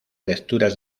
lecturas